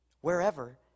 wherever